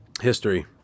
history